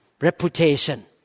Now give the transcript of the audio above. reputation